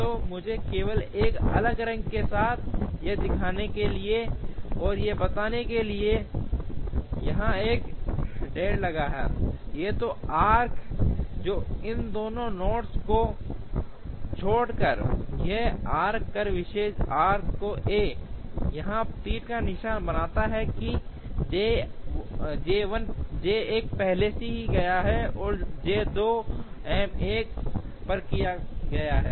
तो मुझे केवल एक अलग रंग के साथ यह दिखाने के लिए और यह बताने के लिए कि यहां एक डैश लगा है ये दो आर्क्स जो इन दो नोड्स को जोड़ रहे हैं यह आर्क इस विशेष आर्क को a यहाँ तीर का निशान बताता है कि J 1 पहले किया गया है और फिर J 2 M 1 पर किया गया है